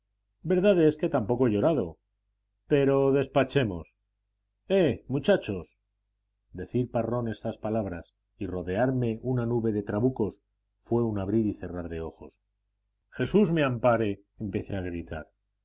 verdad es que tampoco he llorado pero despachemos eh muchachos decir parrón estas palabras y rodearme una nube de trabucos todo fue un abrir y cerrar de ojos jesús me ampare empecé a gritar